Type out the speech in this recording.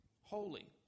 holy